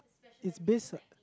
it's based